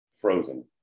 frozen